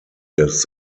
des